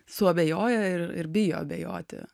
suabejoja ir bijo abejoti